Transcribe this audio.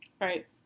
Right